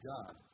God